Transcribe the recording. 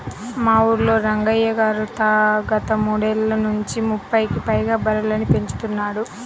మా ఊల్లో రంగయ్య గారు గత మూడేళ్ళ నుంచి ముప్పైకి పైగా బర్రెలని పెంచుతున్నాడు